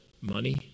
money